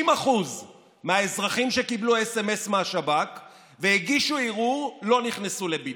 60% מהאזרחים שקיבלו סמ"ס מהשב"כ והגישו ערעור לא נכנסו לבידוד.